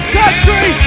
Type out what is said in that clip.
country